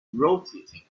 rotating